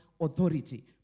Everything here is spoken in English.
authority